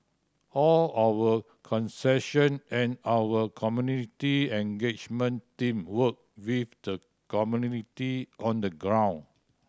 all our concession and our community engagement team work with the community on the ground